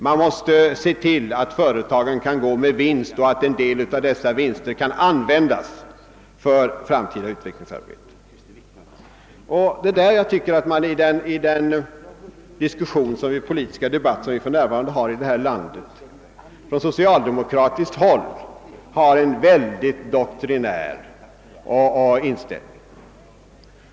Det måste därför tillses att företagen går med vinst och att en del av vinsten kan användas för framtida utvecklingsarbete. Jag tycker att i den nuvarande politiska debatten i vårt land visar man på socialdemokratiskt håll en mycket doktrinär inställning.